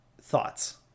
Thoughts